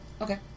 Okay